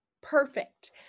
Perfect